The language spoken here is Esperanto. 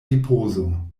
ripozo